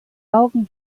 augen